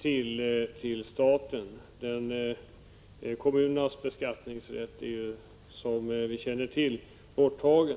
kronor till staten — kommunernas beskattningsrätt är ju, som vi känner till, borttagen.